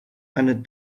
and